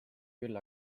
küll